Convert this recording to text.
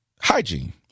hygiene